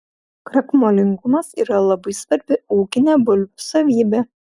krakmolingumas yra labai svarbi ūkinė bulvių savybė